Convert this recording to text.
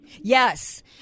Yes